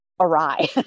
awry